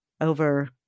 over